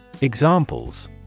Examples